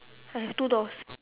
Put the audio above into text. I have two doors